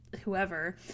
whoever